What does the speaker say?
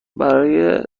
برای